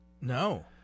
No